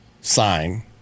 sign